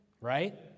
right